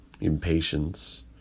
impatience